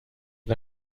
war